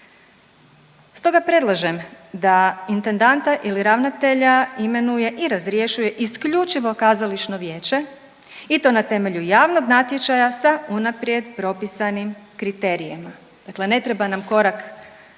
Stoga predlažem da intendanta ili ravnatelja imenuje i razrješuje isključivo kazališno vijeće i to na temelju javnog natječaja sa unaprijed propisanim kriterijima, dakle ne treba nam korak